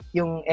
yung